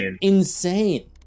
insane